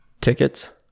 tickets